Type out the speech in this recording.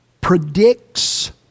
predicts